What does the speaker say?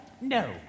No